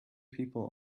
people